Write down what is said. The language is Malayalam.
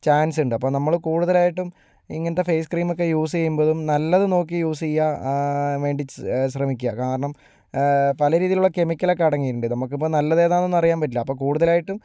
ചാൻസ് ഉണ്ട് അപ്പോൾ നമ്മൾ കൂടുതലായിട്ടും ഇങ്ങനെ ഫേസ് ക്രീം ഒക്കെ യൂസ് ചെയ്യുമ്പോഴും നല്ലതു നോക്കി യൂസ് ചെയ്യുക വേണ്ടി സ് ശ്രമിക്കുക കാരണം പല രീതിയിലുള്ള കെമിക്കൽ ഒക്കെ അടങ്ങിയിട്ടുണ്ട് നമുക്ക് ഇപ്പം നല്ലത് ഏതാണെന്നൊന്നും അറിയാൻ പറ്റില്ല അപ്പോൾ കൂടുതലായിട്ടും